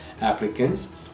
applicants